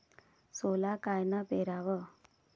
सोला कायनं पेराव?